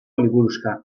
liburuxka